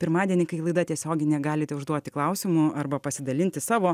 pirmadienį kai laida tiesioginė galite užduoti klausimų arba pasidalinti savo